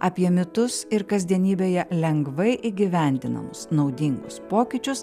apie mitus ir kasdienybėje lengvai įgyvendinamus naudingus pokyčius